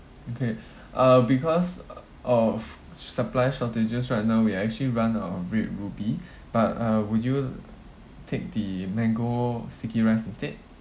okay uh because of supply shortages right now we are actually run out of red ruby but uh would you take the mango sticky rice instead